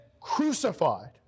crucified